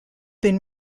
been